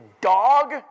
dog